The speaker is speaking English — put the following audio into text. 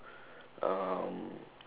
um